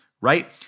Right